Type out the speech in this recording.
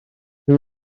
pwy